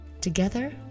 Together